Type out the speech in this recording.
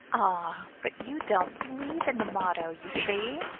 ah! but you don't believe in the motto, you see.